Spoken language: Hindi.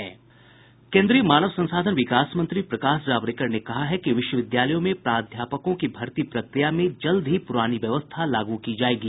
केन्द्रीय मानव संसाधन विकास मंत्री प्रकाश जावड़ेकर ने कहा है कि विश्वविद्यालयों में प्राध्यापकों की भर्ती प्रक्रिया में जल्द ही पुरानी व्यवस्था लागू की जायेगी